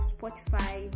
Spotify